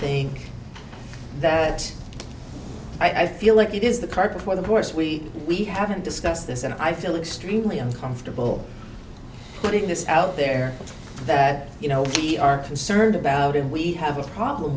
think that i feel like it is the cart before the horse we we haven't discussed this and i feel extremely uncomfortable putting this out there that you know we are concerned about and we have a problem